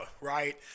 right